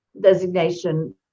designation